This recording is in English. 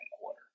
quarter